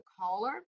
caller